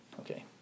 Okay